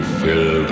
fill